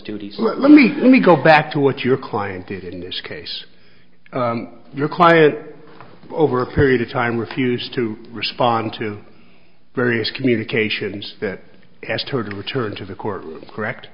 duties let me let me go back to what your client did in this case your client over a period of time refused to respond to various communications that asked her to return to the court correct